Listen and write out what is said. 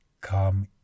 come